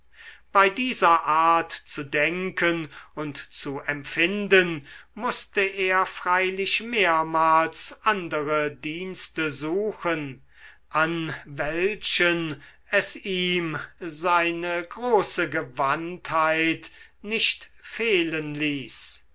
bei dieser art zu denken und zu empfinden mußte er freilich mehrmals andere dienste suchen an welchen es ihm seine große gewandtheit nicht fehlen ließ